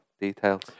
details